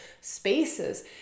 spaces